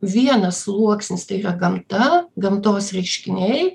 vienas sluoksnis tai yra gamta gamtos reiškiniai